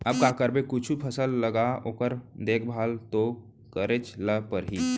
अब का करबे कुछु फसल लगा ओकर देखभाल तो करेच ल परही